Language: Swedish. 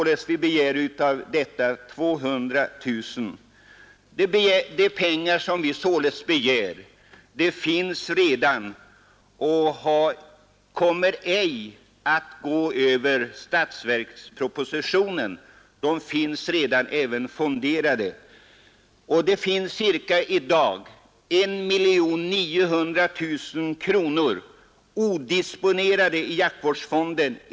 De pengar som vi begär — 200 000 kronor — finns således redan och påverkar inte statsbudgeten. De finns redan fonderade. Det finns i dag enligt uppgifter ca 1 900 000 kronor odisponerade i jaktvårdsfonden.